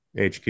HQ